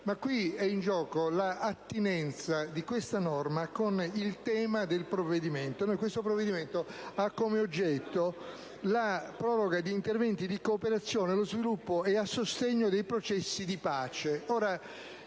Qui è in gioco l'attinenza di questa norma con il tema del provvedimento, che ha ad oggetto la «proroga degli interventi di cooperazione allo sviluppo e a sostegno dei processi di pace».